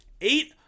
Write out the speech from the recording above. Eight